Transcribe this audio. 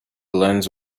lens